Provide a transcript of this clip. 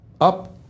up